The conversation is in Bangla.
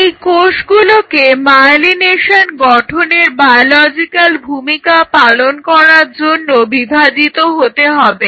এই কোষগুলোকে মায়েলিনেশন গঠনের বায়োলজিক্যাল ভূমিকা পালন করার জন্য বিভাজিত হতে হবে